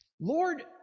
Lord